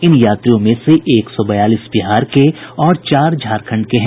इन यात्रियों में से एक सौ बयालीस बिहार के और चार झारखंड के हैं